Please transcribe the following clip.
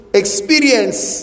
experience